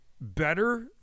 better